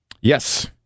Yes